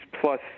plus